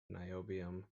niobium